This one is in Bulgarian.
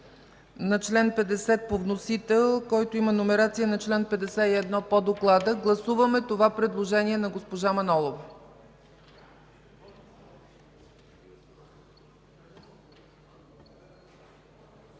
на чл. 50 по вносител, който има номерация на чл. 51 по доклада. Гласуваме това предложение на госпожа Манолова.